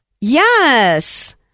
Yes